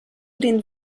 den